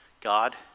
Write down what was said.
God